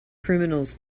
criminals